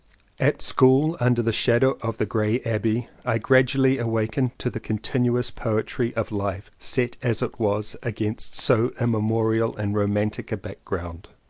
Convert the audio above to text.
at school under the shadow of the grey abbey i gradually awakened to the contin uous poetry of life set as it was against so immemorial and romantic a background.